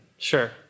Sure